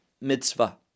mitzvah